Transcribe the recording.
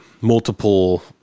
multiple